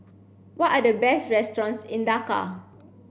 what are the best restaurants in Dhaka